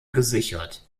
gesichert